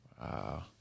Wow